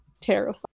terrified